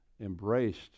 embraced